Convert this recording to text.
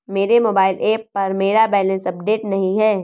मेरे mobile app पर मेरा बैलेंस अपडेट नहीं है